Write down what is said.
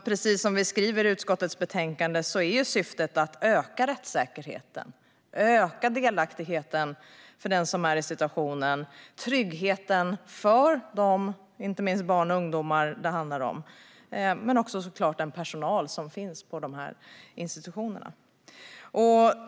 Precis som vi skriver i utskottets betänkande är syftet att öka rättssäkerheten, delaktigheten och tryggheten för de personer som är omhändertagna - det är inte minst barn och ungdomar det handlar om - och också för den personal som finns på dessa institutioner.